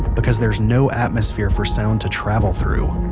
because there's no atmosphere for sound to travel through